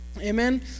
Amen